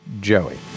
Joey